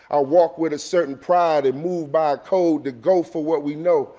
i walk with a certain pride and move by a code that go for what we know.